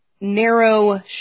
narrow